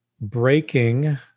breaking